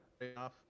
enough